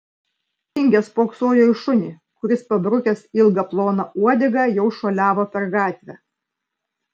sustingęs spoksojo į šunį kuris pabrukęs ilgą ploną uodegą jau šuoliavo per gatvę